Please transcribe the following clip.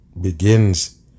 begins